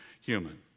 human